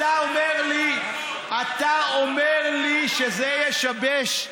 אתה אומר לי שזה ישבש?